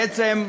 בעצם,